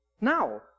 Now